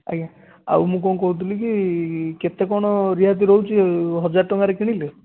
ଆଜ୍ଞା ଆଉ ମୁଁ କ'ଣ କହୁଥିଲି କି କେତେ କ'ଣ ରିହାତି ରହୁଛି ହଜାର ଟଙ୍କାରେ କିଣିଲେ